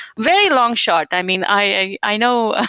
very longshot. i mean, i i know, ah